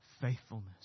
faithfulness